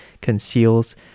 conceals